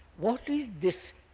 what is this